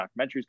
documentaries